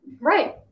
Right